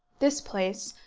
this place,